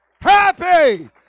Happy